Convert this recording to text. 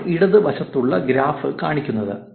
അതാണ് ഇടതുവശത്തുള്ള ഗ്രാഫ് കാണിക്കുന്നത്